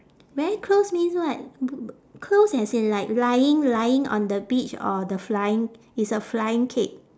very close means what b~ b~ close as in like lying lying on the beach or the flying it's a flying kick